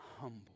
humble